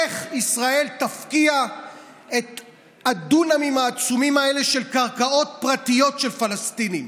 איך ישראל תפקיע את הדונמים העצומים האלה של קרקעות פרטיות של פלסטינים: